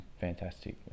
fantastic